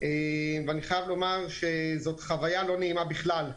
ואני חייב לומר שזאת חוויה לא נעימה בכלל.